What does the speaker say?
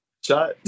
Shot